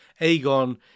Aegon